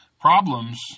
Problems